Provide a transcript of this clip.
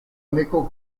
nickel